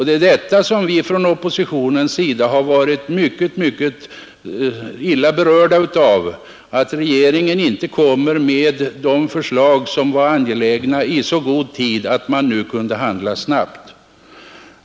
Det är detta som vi från oppositionens sida har varit mycket mycket illa berörda av, detta att regeringen inte kom med förslag som var angelägna så att man kunde handla snabbt.